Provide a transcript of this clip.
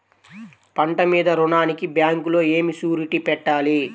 పంట మీద రుణానికి బ్యాంకులో ఏమి షూరిటీ పెట్టాలి?